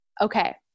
Okay